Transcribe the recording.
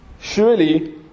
surely